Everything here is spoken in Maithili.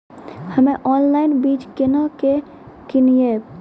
हम्मे ऑनलाइन बीज केना के किनयैय?